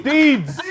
Deeds